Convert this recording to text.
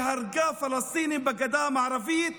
שהרגה פלסטינים בגדה המערבית